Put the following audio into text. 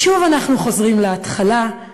ושוב אנחנו חוזרים להתחלה.